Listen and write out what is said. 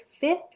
fifth